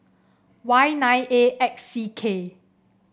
Y nine A X C K